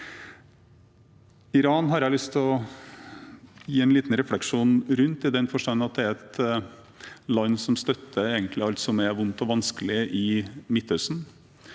til å gi en liten refleksjon rundt, i den forstand at det er et land som egentlig støtter alt som er vondt og vanskelig i Midtøsten.